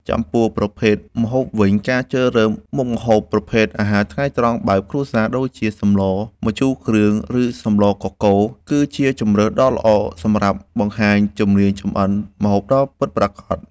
ចំពោះប្រភេទម្ហូបវិញ ការជ្រើសរើសមុខម្ហូបប្រភេទអាហារថ្ងៃត្រង់បែបគ្រួសារ ដូចជា សម្លម្ជូរគ្រឿង ឬសម្លកកូរ គឺជាជម្រើសដ៏ល្អសម្រាប់បង្ហាញជំនាញចម្អិនម្ហូបដ៏ពិតប្រាកដ។